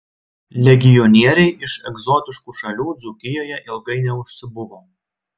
legionieriai iš egzotiškų šalių dzūkijoje ilgai neužsibuvo